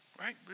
Right